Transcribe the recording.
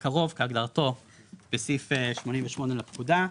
"קרוב" כהגדרתו בסעיף 88 לפקודה,